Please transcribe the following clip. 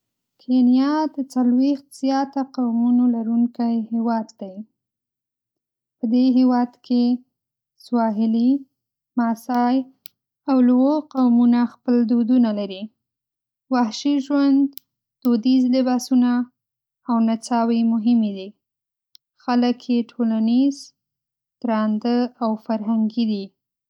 کینیا د ۴۰ زیاته قومونو لرونکی هېواد دی. په دې هېواد کې سواحلي، ماسای، او لوو قومونه خپل دودونه لري. وحشي ژوند، دودیز لباسونه او نڅاوې مهمې دي. خلک یې ټولنیز، درانده او فرهنګي دي.